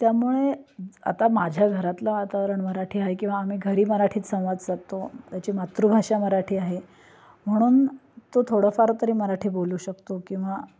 त्यामुळे आता माझ्या घरातलं वातावरण मराठी आहे किंवा आम्ही घरी मराठीत संवाद साधतो त्याची मातृभाषा मराठी आहे म्हणून तो थोडंफार तरी मराठी बोलू शकतो किंवा